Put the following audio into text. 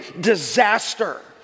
disaster